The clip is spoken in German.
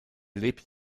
lebte